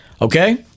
Okay